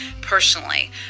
personally